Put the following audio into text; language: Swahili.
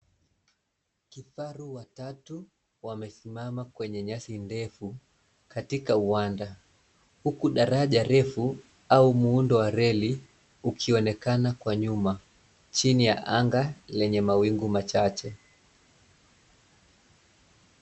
Kifaru watatu, wamesimama kwenye nyasi ndefu, katika uwanda. Huku daraja refu, au muundo wa reli, ukionekana kwa nyuma chini ya anga lenye mawingu machache.